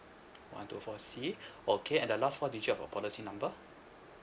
one two four C okay and the last four digit of your policy number